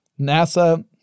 NASA